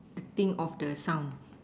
acting of the sound